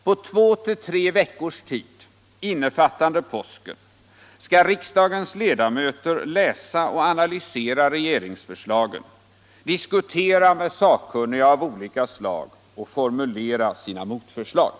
På två till tre veckors tid, innefattande påsken, skall riksdagens ledamöter läsa och analysera regeringsförslagen, diskutera med sakkunniga av olika slag och formulera sina motförslag.